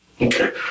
Okay